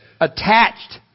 attached